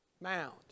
Mound